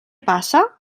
passa